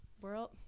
World